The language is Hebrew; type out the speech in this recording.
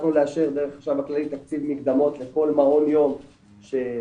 הצלחנו לאשר תקציב מקדמות לכל מעון יום שמבקש